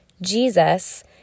Jesus